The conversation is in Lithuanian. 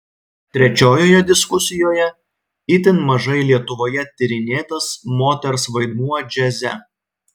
trečiojoje diskusijoje itin mažai lietuvoje tyrinėtas moters vaidmuo džiaze